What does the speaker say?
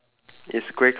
ya